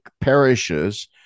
parishes